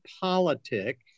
politic